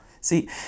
See